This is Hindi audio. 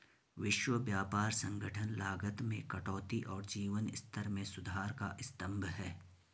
विश्व व्यापार संगठन लागत में कटौती और जीवन स्तर में सुधार का स्तंभ है